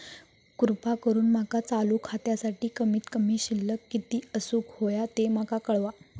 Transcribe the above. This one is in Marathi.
कृपा करून माका चालू खात्यासाठी कमित कमी शिल्लक किती असूक होया ते माका कळवा